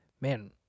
Man